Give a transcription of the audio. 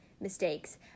mistakes